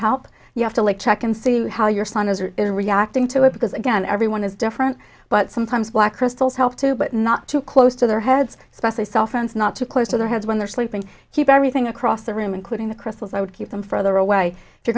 help you have to like check and see how your son is reacting to it because again everyone is different but sometimes black crystals help too but not too close to their heads especially cell phones not to close to their heads when they're sleeping keep everything across the room including the crystals i would keep them further away if you're